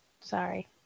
sorry